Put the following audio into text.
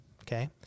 Okay